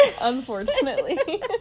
unfortunately